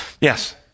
Yes